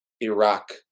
Iraq